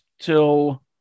till